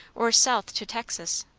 or south to texas,